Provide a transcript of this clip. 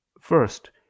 First